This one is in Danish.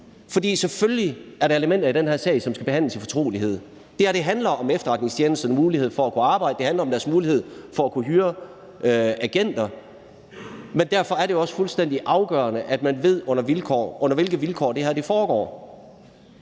for selvfølgelig er der elementer i den her sag, som skal behandles i fortrolighed. Det her handler om efterretningstjenesternes mulighed for at kunne arbejde; det handler om deres mulighed for at kunne hyre agenter. Men derfor er det jo også fuldstændig afgørende, at man ved, under hvilke vilkår det her foregår.